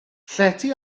llety